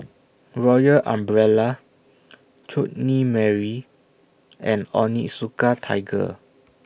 Royal Umbrella Chutney Mary and Onitsuka Tiger